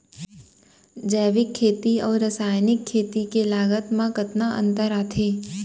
जैविक खेती अऊ रसायनिक खेती के लागत मा कतना अंतर आथे?